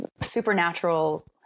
supernatural